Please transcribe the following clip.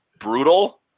brutal